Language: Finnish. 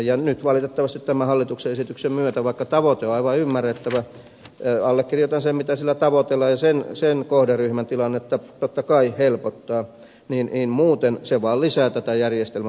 nyt valitettavasti tämän hallituksen esityksen myötä vaikka tavoite on aivan ymmärrettävä allekirjoitan sen mitä sillä tavoitellaan ja sen kohderyhmän tilannetta totta kai helpotetaan kuitenkin lisätään tämän järjestelmän monimutkaisuutta